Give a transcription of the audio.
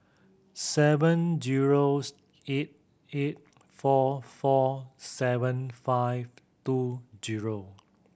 seven zero eight eight four four seven five two zero